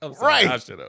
Right